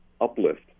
uplift